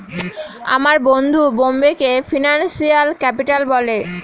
আমার বন্ধু বোম্বেকে ফিনান্সিয়াল ক্যাপিটাল বলে